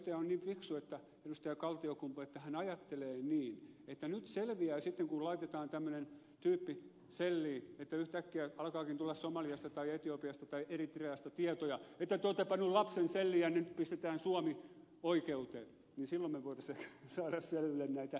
kaltiokumpu on niin fiksu että hän ajattelee niin että silloin kun laitetaan tämmöinen tyyppi selliin ja yhtäkkiä alkaakin tulla somaliasta tai etiopiasta tai eritreasta tietoja että te olette panneet lapsen selliin ja nyt pistetään suomi oikeuteen me voisimme ehkä saada selville näitä oikeita ikiäkin